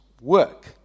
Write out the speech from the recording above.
work